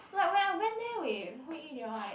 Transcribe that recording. like when I went there with Hui-yi they all right